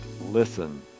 listen